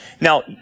Now